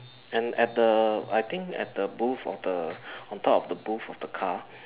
and at the I think at the booth of the on top of the booth of the car